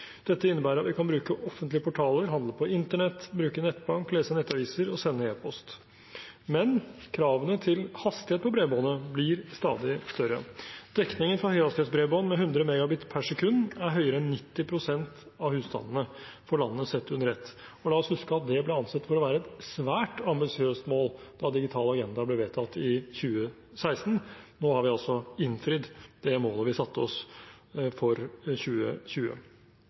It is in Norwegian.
Dette innebærer at vi kan bruke offentlige portaler, handle på internett, bruke nettbank, lese nettaviser og sende e-post, men kravene til hastighet på bredbåndet blir stadig større. Dekningen for høyhastighetsbredbånd med 100 Mbit/s er større enn 90 pst. av husstandene for landet, sett under ett. La oss huske at det ble ansett for å være et svært ambisiøst mål da Digital agenda ble vedtatt i 2016. Nå har vi innfridd det målet vi satte oss for 2020.